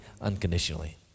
unconditionally